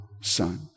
son